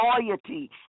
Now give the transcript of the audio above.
loyalty